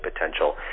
potential